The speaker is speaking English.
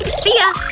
see ya!